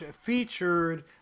featured